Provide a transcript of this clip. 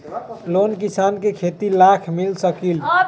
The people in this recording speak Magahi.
लोन किसान के खेती लाख मिल सकील?